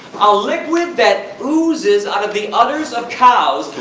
ah liquid that oozes out of the utters of cows,